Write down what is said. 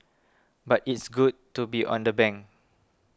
but it's good to be on the bank